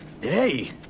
Hey